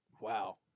Wow